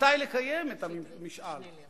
מתי לקיים את המשאל,